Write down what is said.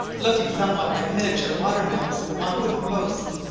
looking somewhat like miniature watermills, on wooden posts,